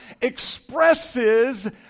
expresses